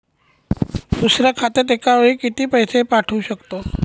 दुसऱ्या खात्यात एका वेळी किती पैसे पाठवू शकतो?